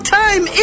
time